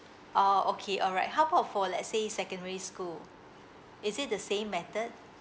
oh okay all right how about for let's say secondary school is it the same method